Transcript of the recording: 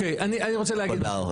זה הערכות.